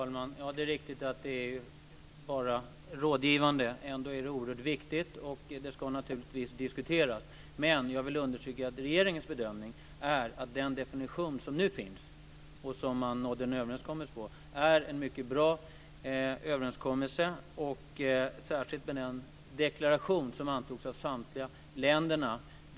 Herr talman! Det är riktigt att Europaparlamentet bara är rådgivande. Ändå är det oerhört viktigt och förslaget till ändringar ska naturligtvis diskuteras. Men jag vill understryka att regeringens bedömning är att den definition som nu finns och som man nådde en överenskommelse om är mycket bra särskilt med tanke på den deklaration som antogs av samtliga länder.